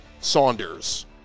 Saunders